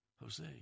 Jose